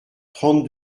trente